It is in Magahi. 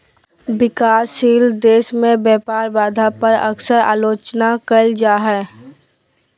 विकासशील देश में व्यापार बाधा पर अक्सर आलोचना कइल जा हइ